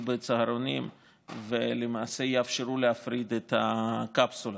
בצהרונים ולמעשה יאפשרו להפריד את הקפסולות.